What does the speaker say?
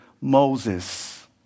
Moses